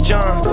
John